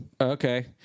Okay